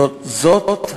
זאת,